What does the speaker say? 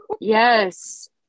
Yes